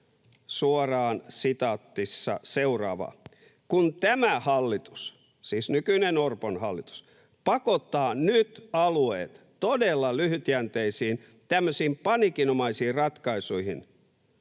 Mäkynen sanoi seuraavaa: ”Kun tämä hallitus” — siis nykyinen Orpon hallitus — ”pakottaa nyt alueet todella lyhytjänteisiin, tämmöisiin paniikinomaisiin ratkaisuihin,